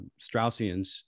Straussians